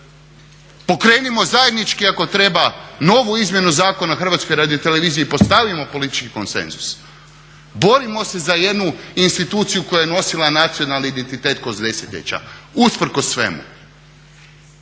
Pokrenimo zajednički ako treba novu izmjenu Zakona o Hrvatskoj radioteleviziji i postavimo politički konsenzus. Borimo se za jednu instituciju koja je nosila nacionalni identitet kroz desetljeća, usprkos svemu.